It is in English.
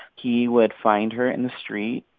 he would find her in the street,